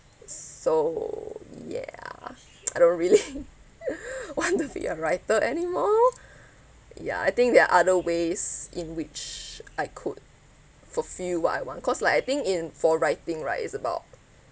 so ya I don't really want to be a writer anymore yeah I think there are other ways in which I could fulfill what I want cause like I think in for writing right it's about